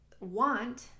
want